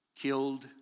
killed